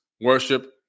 worship